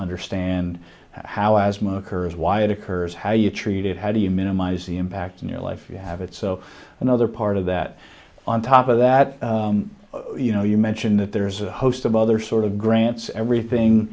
understand how asthma occurs why it occurs how you treat it how do you minimize the impact on your life you have it so another part of that on top of that you know you mention that there is a host of other sort of grants everything